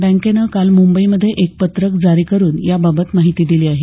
बँकेनं काल मुंबईमध्ये एक पत्रक जारी करून याबाबत माहिती दिली आहे